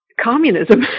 communism